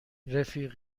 رفیق